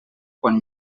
quan